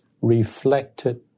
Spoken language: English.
reflected